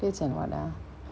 plates and what ah